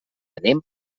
anem